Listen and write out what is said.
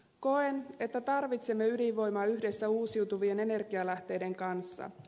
koen että tarvitsemme ydinvoimaa yhdessä uusiutuvien energianlähteiden kanssa